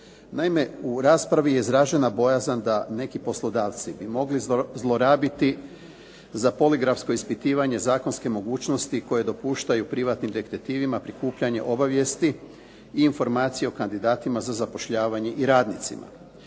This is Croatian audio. Naime, u raspravi je izražena bojazan da neki poslodavci bi mogli zlorabiti za poligrafsko ispitivanje zakonske mogućnosti koje dopuštaju privatnim detektivima prikupljanje obavijesti i informacije o kandidatima za zapošljavanje i radnicima.